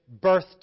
birth